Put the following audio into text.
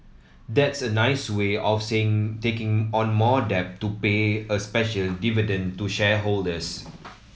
that's a nice way of saying taking on more debt to pay a special dividend to shareholders